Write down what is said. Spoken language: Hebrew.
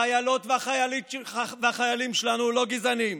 החיילות והחיילים שלנו לא גזענים.